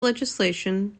legislation